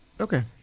Okay